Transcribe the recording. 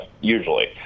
usually